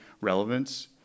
relevance